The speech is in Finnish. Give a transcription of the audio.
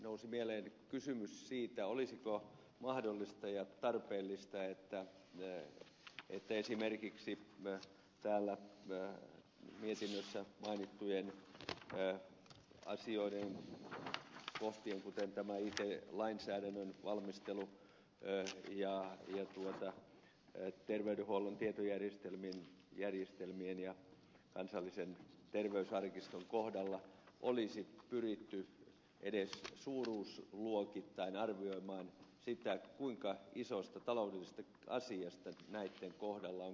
nousi mieleen kysymys siitä olisiko mahdollista ja tarpeellista että esimerkiksi täällä mietinnössä mainittujen asioiden kuten tämän it lainsäädännön valmistelun ja terveydenhuollon tietojärjestelmien ja kansallisen terveysarkiston kohdalla olisi pyritty edes suuruusluokittain arvioimaan sitä kuinka isosta taloudellisesta asiasta näiden kohdalla on kysymys